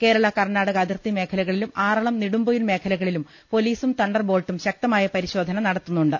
കേരള കർണാടക അതിർത്തി മേഖലകളിലും ആറളം നിടുംപൊയിൽ മേഖലകളിലും പൊലീസും തണ്ടർ ബോൾട്ടും ശക്തമായ പരിശോധന നടത്തുന്നുണ്ട്